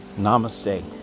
Namaste